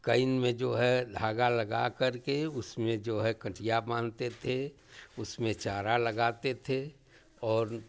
can में जो है धागा लगा करके उसमें जो है कठिया बांधते थे उसमें चारा लगाते थे और